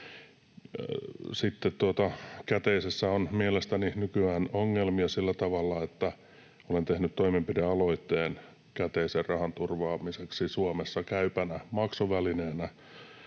käteisessä on mielestäni nykyään ongelmia sillä tavalla, että olen tehnyt toimenpidealoitteen käteisen rahan turvaamiseksi Suomessa käypänä maksuvälineenä,